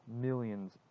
Millions